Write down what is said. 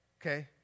okay